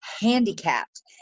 handicapped